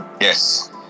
yes